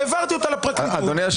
העברתי אותה לפרקליטות,